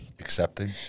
Accepting